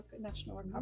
National